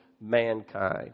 mankind